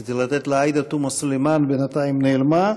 רציתי לתת לעאידה תומא סלימאן, בינתיים היא נעלמה,